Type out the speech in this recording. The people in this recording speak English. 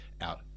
out